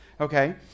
Okay